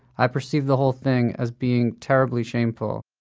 i perceived the whole thing as being terribly shameful.